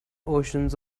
oceans